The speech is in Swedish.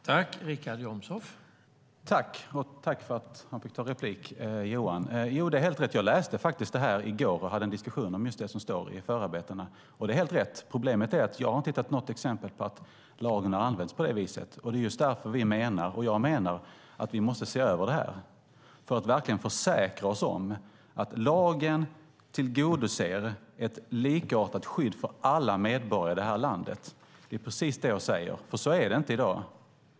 Herr talman! Det är helt rätt. Jag läste det i går och hade en diskussion om just det som står i förarbetena. Problemet är att jag inte har hittat något exempel på att lagen använts på det viset. Det är därför jag och vi menar att vi måste se över detta för att verkligen försäkra oss om att lagen ger ett likartat skydd för alla medborgare i det här landet. Det är precis det jag säger. Så är det inte i dag.